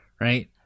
right